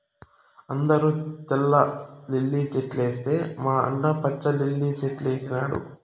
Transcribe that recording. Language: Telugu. అందరూ తెల్ల లిల్లీ సెట్లేస్తే మా యన్న పచ్చ లిల్లి సెట్లేసినాడు